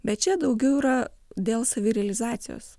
bet čia daugiau yra dėl savirealizacijos